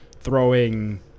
throwing –